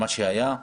כפי שהיה.